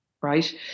right